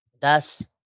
thus